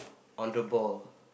on the ball